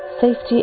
safety